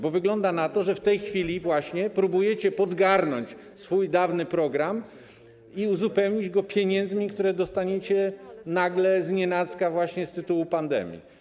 Bo wygląda na to, że w tej chwili właśnie próbujecie podgarnąć swój dawny program i uzupełnić go pieniędzmi, które dostaniecie nagle, znienacka właśnie z tytułu pandemii.